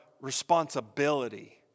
responsibility